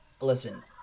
Listen